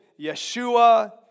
Yeshua